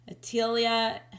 Atelia